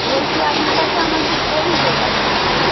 বলছি আপনার কাছে আমার কি অভিযোগ আছে